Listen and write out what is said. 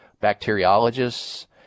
bacteriologists